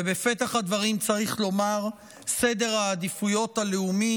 ובפתח הדברים צריך לומר: סדר העדיפויות הלאומי